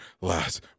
last